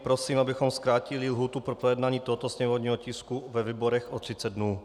Prosím, abychom zkrátili lhůtu pro projednání tohoto sněmovního tisku ve výborech o 30 dnů.